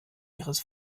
ihres